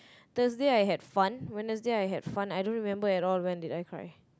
Thursday I had fun Wednesday I had fun I don't remember at all when did I cry